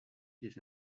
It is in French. des